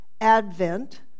Advent